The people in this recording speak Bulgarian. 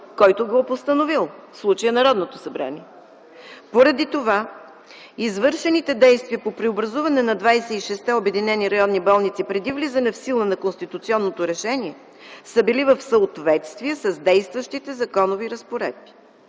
който го е постановил, в случая Народното събрание. Извършените действия по преобразуване на 26-те обединени районни болници преди влизане в сила на конституционното решение са били в съответствие с действащите законови разпоредби.